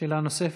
שאלה נוספת,